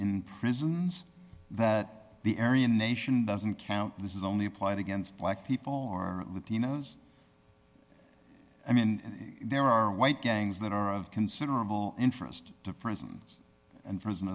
in prisons that the area nation doesn't count this is only applied against black people or latinos i mean there are white gangs that are of considerable interest to prisons and prison